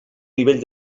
nivell